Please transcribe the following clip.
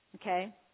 Okay